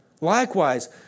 Likewise